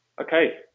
Okay